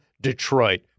Detroit